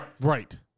Right